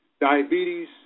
Diabetes